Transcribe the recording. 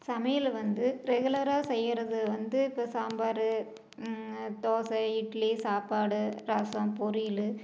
சமையல் வந்து ரெகுலராக செய்யுறது வந்து இப்போ சாம்பார் தோசை இட்லி சாப்பாடு ரசம் பொரியல்